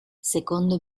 secondo